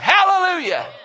Hallelujah